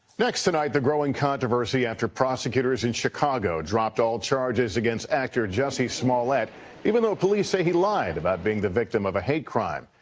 next tonight, the growing controversy after prosecutors in chicago dropped all charges against actor jussie smollett even though police say he lied about being the victim of a hate crime.